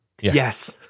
Yes